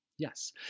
Yes